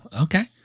Okay